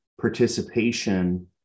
participation